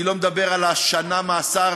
אני לא מדבר על השנה מאסר